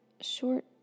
short